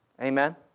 Amen